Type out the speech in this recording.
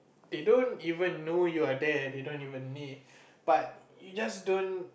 they don't even know you are there they don't even need but you just don't